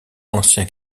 ancien